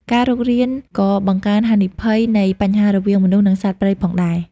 ការរុករានក៏បង្កើន ហានិភ័យនៃបញ្ហាររវាងមនុស្ស និងសត្វព្រៃ ផងដែរ។